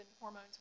hormones